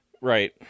Right